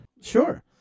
Sure